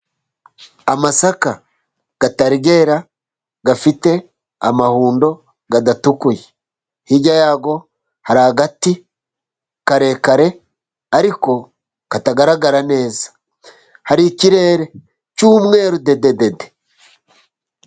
Amasaka atari yera, afite amahundo adatukuye, hirya yayo hari agati karekare ariko katagaragara neza, hari ikirere cy'umweru dededede.